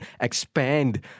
expand